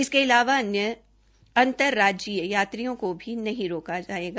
इसके अलावा अंतर राजयीय यात्रियों को भी नहीं रोका जायेगी